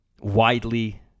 widely